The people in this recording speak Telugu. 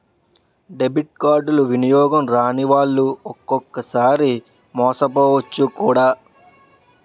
డెబిట్ కార్డులు వినియోగం రానివాళ్లు ఒక్కొక్కసారి మోసపోవచ్చు కూడా